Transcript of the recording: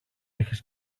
έχεις